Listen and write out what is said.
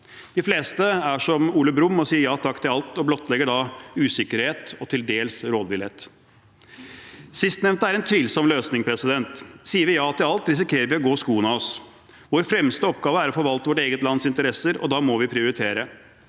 De fleste er som Ole Brumm og sier ja takk til alt og blottlegger da usikkerhet og til dels rådvillhet. Sistnevnte er en tvilsom løsning. Sier vi ja til alt, risikerer vi å gå skoene av oss. Vår fremste oppgave er å forvalte vårt eget lands interesser, og da må vi prioritere.